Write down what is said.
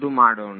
ಶುರು ಮಾಡೋಣ